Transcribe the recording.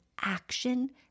action